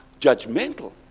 judgmental